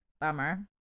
bummer